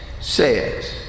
says